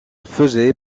faisait